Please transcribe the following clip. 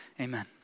amen